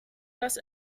das